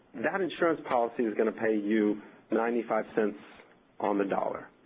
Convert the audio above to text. that insurance policy is gonna pay you ninety five cents on the dollar,